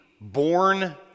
born